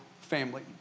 family